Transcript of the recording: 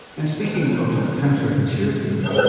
and speaking of counter-intuitive,